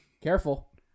careful